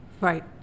Right